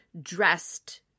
dressed